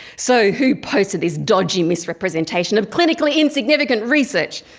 so who posted this dodgy misrepresentation of clinically insignificant research?